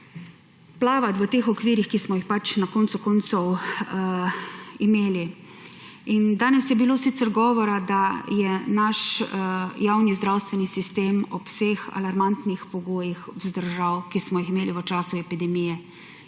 plavati v teh okvirih, ki smo jih pač na koncu koncev imeli. Danes je bilo sicer govora, da je naš javni zdravstveni sistem vzdržal ob vseh alarmantnih pogojih, ki smo jih imeli v času epidemije.